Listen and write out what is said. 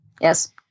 Yes